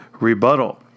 rebuttal